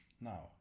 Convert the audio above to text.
now